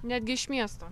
netgi iš miesto